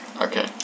Okay